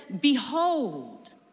behold